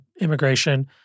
immigration